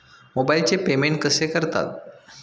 मोबाइलचे पेमेंट कसे करतात?